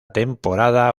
temporada